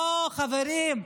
לא, חברים.